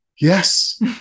yes